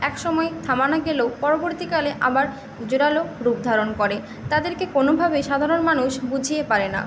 একসময়ে থামানো গেলেও পরবর্তীকালে আবার জোরালো রূপ ধারণ করে তাদেরকে কোনোভাবেই সাধারণ মানুষ বুঝিয়ে পারে না